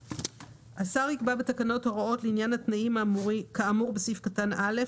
(ב)השר יקבע בתקנות הוראות לעניין התנאים כאמור בסעיף קטן (א),